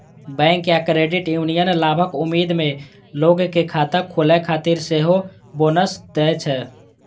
bank या credit union लाभक उम्मीद मे लोग कें खाता खोलै खातिर सेहो बोनस दै छै